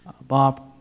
Bob